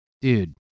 dude